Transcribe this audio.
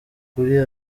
kuri